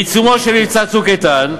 בעיצומו של מבצע "צוק איתן",